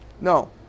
No